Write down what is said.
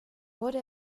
wurde